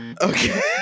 Okay